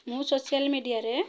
ମୁଁ ସୋସିଆଲ୍ ମିଡ଼ିଆରେ